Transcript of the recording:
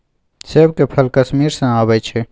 सेब के फल कश्मीर सँ अबई छै